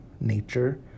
nature